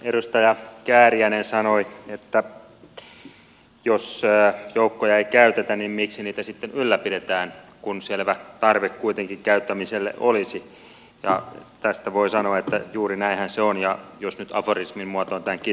edustaja kääriäinen sanoi että jos joukkoja ei käytetä miksi niitä sitten ylläpidetään kun selvä tarve kuitenkin käyttämiselle olisi ja tästä voi sanoa että juuri näinhän se on ja jos nyt aforismin muotoon tämän kiteyttäisi